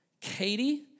katie